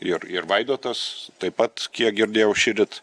ir ir vaidotas taip pat kiek girdėjau šįryt